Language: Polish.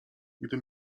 gdy